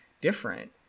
different